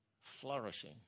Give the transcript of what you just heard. flourishing